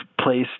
placed